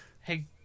hey